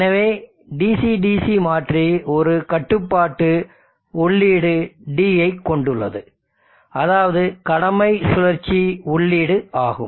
எனவே இந்த DC DC மாற்றி ஒரு கட்டுப்பாட்டு உள்ளீடு D ஐ கொண்டுள்ளது அதாவது கடமை சுழற்சி உள்ளீடு ஆகும்